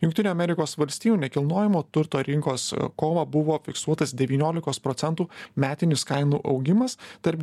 jungtinių amerikos valstijų nekilnojamo turto rinkos kovą buvo fiksuotas devyniolikos procentų metinis kainų augimas tarp